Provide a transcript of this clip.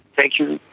thank you.